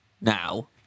now